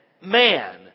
man